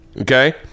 okay